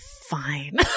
fine